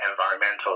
environmental